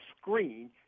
screen